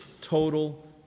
total